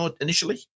initially